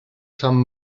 sant